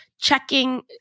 checking